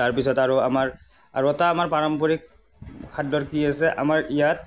তাৰ পিছত আৰু আমাৰ আৰু এটা আমাৰ পাৰম্পৰিক খাদ্যৰ কি আছে আমাৰ ইয়াত